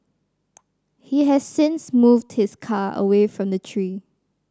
he has since moved his car away from the tree